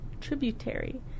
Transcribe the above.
tributary